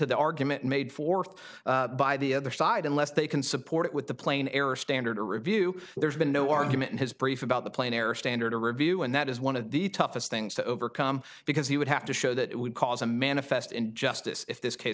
the argument made forth by the other side unless they can support it with the plain error standard or review there's been no argument in his brief about the plain error standard to review and that is one of the toughest things to overcome because he would have to show that it would cause a manifest injustice if this cas